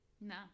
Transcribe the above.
no